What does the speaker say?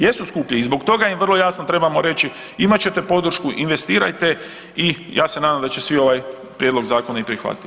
Jesu skuplji i zbog toga im vrlo jasno trebamo reći, imat ćete podršku, investirajte i ja se nadam da će svi ovaj prijedlog zakona i prihvatiti.